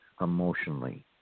emotionally